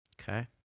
Okay